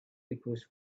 because